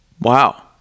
Wow